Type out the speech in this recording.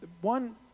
One